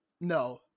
no